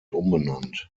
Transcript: umbenannt